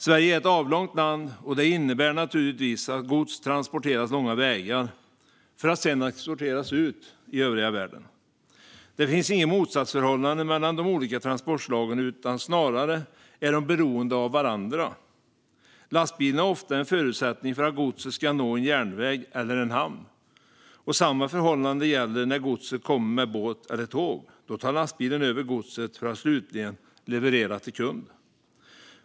Sverige är ett avlångt land, och det innebär naturligtvis att gods transporteras långa sträckor för att sedan exporteras ut i övriga världen. Det finns inget motsatsförhållande mellan de olika transportslagen, utan de är snarare beroende av varandra. Lastbilen är ofta en förutsättning för att godset ska nå en järnväg eller en hamn. Samma förhållande gäller när godset kommer med båt eller tåg. Då tar lastbilen över godset för att slutligen leverera till kund.